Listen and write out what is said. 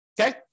okay